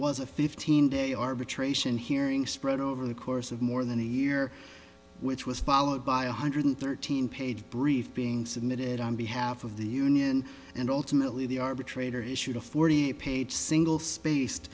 was a fifteen day arbitration hearing spread over the course of more than a year which was followed by a hundred thirteen page brief being submitted on behalf of the union and ultimately the arbitrator issued a forty page single spaced